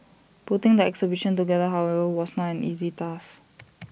putting the exhibition together however was not easy task